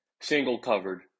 single-covered